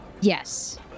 Yes